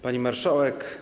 Pani Marszałek!